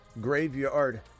Graveyard